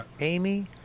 Amy